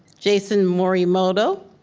jason morimoto,